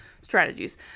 strategies